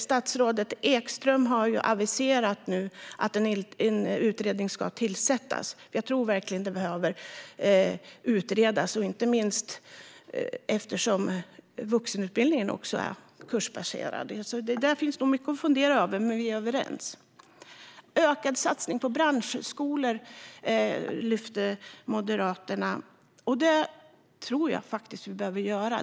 Statsrådet Ekström har nu aviserat att en utredning ska tillsättas. Jag tror verkligen att frågan behöver utredas, inte minst eftersom vuxenutbildningen också är kursbaserad. Där finns nog mycket att fundera över, men vi är överens. Moderaterna lyfter fram en ökad satsning på branschskolor, och det tror jag behövs.